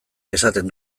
esaten